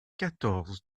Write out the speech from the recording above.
quatorze